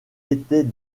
était